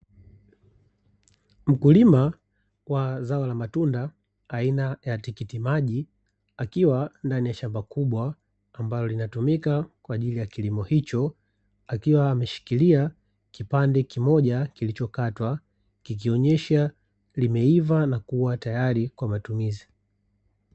Mkulima wa zao la matunda aina ya tikiti maji, akiwa ndani ya shamba kubwa ambalo linatumika kwa ajili ya kilimo hicho, akiwa ameshikilia kipande kimoja kilichokatwa kikionyesha limeiva na kuwa tayari kwa matumizi.